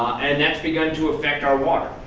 and that's begun to affect our water,